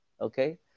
okay